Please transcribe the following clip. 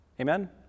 Amen